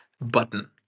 button